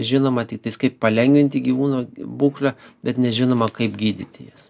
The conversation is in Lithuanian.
žinoma tiktais kaip palengvinti gyvūno būklę bet nežinoma kaip gydyti jas